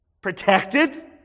protected